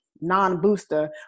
non-booster